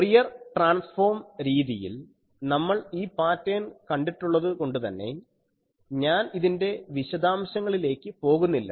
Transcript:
Fourier transform രീതിയിൽ നമ്മൾ ഈ പാറ്റേൺ കണ്ടിട്ടുള്ളതുകൊണ്ട് തന്നെ ഞാൻ ഇതിൻ്റെ വിശദാംശങ്ങളിലേക്ക് പോകുന്നില്ല